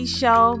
show